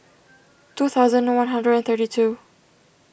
two thousand one hundred and thirty two